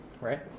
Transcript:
right